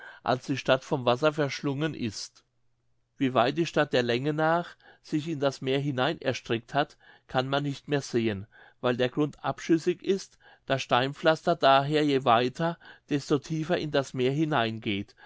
als die stadt vom wasser verschlungen ist wie weit die stadt der länge nach sich in das meer hinein erstreckt hat kann man nicht mehr sehen weil der grund abschüssig ist das steinpflaster daher je weiter desto tiefer in das meer hineingeht